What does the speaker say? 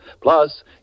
Plus